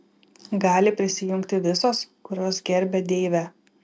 gali prisijungti visos kurios gerbia deivę